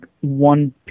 one